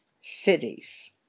cities